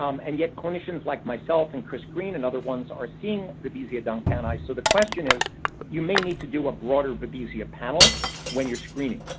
um and yet clinicians, like myself and chris green and other ones, are seeing babesia duncani. so, the question is you may need to do a broader babesia panel when you're screening.